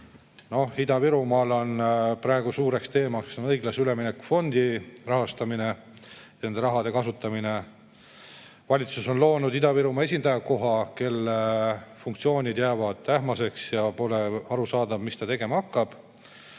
Ida-Virumaal on praegu suur teema õiglase ülemineku fondi rahastamine ja selle raha kasutamine. Valitsus on loonud Ida-Virumaa esindaja koha, kelle funktsioonid jäävad aga ähmaseks ja pole aru saada, mida ta tegema hakkab.